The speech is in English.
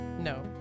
No